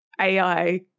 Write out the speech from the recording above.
AI